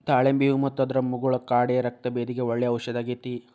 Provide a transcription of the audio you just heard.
ದಾಳಿಂಬ್ರಿ ಹೂ ಮತ್ತು ಅದರ ಮುಗುಳ ಕಾಡೆ ರಕ್ತಭೇದಿಗೆ ಒಳ್ಳೆ ಔಷದಾಗೇತಿ